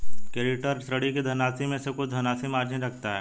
creditor, ऋणी के धनराशि में से कुछ धनराशि मार्जिन रखता है